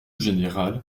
général